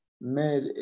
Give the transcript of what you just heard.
made